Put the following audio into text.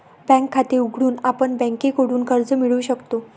bank खाते उघडून आपण बँकेकडून कर्ज मिळवू शकतो